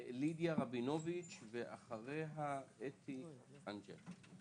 לידיה רבינוביץ' ואחריה אתי אנג'ל.